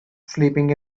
sleeping